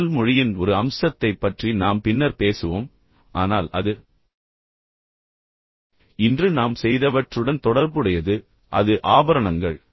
இப்போது உடல் மொழியின் ஒரு அம்சத்தைப் பற்றி நாம் பின்னர் பேசுவோம் ஆனால் அது இன்று நாம் செய்தவற்றுடன் தொடர்புடையது அது ஆபரணங்கள்